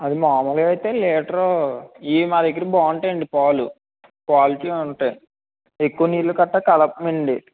అది మామూలుగా అయితే లీటర్ ఇవి మా దగ్గర బాగుంటాయండి పాలు క్వాలిటీ ఉంటాయి ఎక్కువ నీళ్ళు కట్టా కలపం అండి